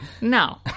No